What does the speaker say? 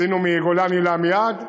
עשינו מגולני לעמיעד,